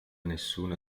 nessuna